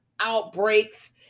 outbreaks